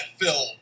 film